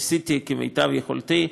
ניסיתי כמיטב יכולתי,